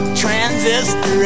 transistor